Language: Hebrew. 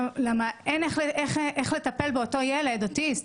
מפני שאין איך לטפל באותו ילד אוטיסט,